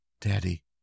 Daddy